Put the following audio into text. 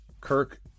Kirk